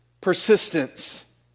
persistence